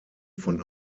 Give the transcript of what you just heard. von